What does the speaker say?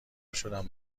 شدم